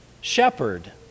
shepherd